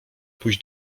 pójść